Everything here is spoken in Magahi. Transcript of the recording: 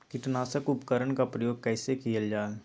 किटनाशक उपकरन का प्रयोग कइसे कियल जाल?